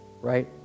right